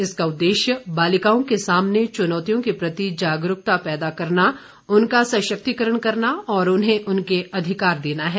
इसका उद्देश्य बालिकाओं के सामने चुनौतियों के प्रति जागरूकता पैदा करना उनका सशक्तिकरण करना और उन्हें उनके अधिकार देना है